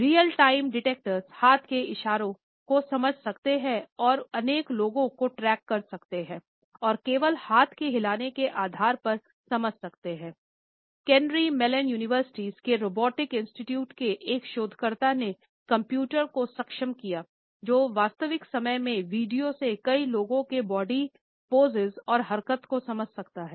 real time डिटेक्टरों के एक शोधकर्ता ने कंप्यूटर को सक्षम किया जो वास्तविक समय में वीडियो से कई लोगों के बॉडी पोसेस और हरकत को समझ सकता हैं